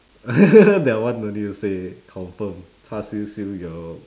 that one don't need to say confirm char-siew siew-yoke